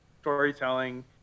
storytelling